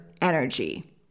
energy